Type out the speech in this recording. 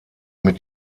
mit